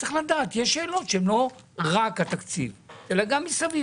צריך לדעת שיש שאלות שהן לא רק התקציב אלא גם מסביב.